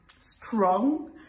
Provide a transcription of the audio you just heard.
strong